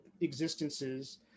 existences